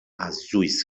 azuis